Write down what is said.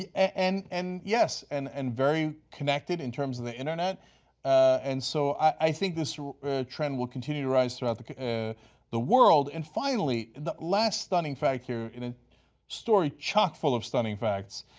and and yes, and and very connected in terms of the internet and so i think this trend will continue to rise throughout the world. and finally, the last stunning fact here in a story chock-full of stunning facts,